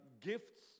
gifts